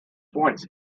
points